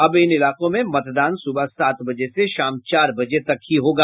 अब इन इलाकों में मतदान सुबह सात बजे से शाम चार बजे तक होगा